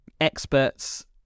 experts